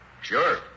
Sure